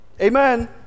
Amen